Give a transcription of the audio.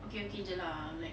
okay okay jer lah